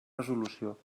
resolució